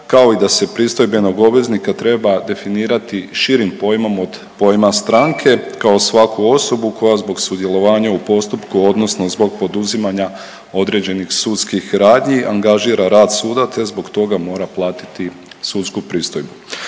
kao i da se pristojbenog obveznika treba definirati širim pojmom od pojma stranke, kao svaku osobu koja zbog sudjelovanja u postupku odnosno zbog poduzimanja određenih sudskih radnji angažira rad suda, te zbog toga mora platiti sudsku pristojbu.